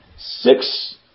six